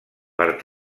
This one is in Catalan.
per